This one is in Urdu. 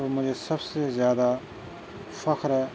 تو مجھے سب سے زیادہ فخر ہے